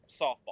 softball